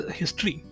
history